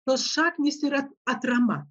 tos šaknys yra atrama